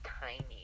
tiny